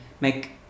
make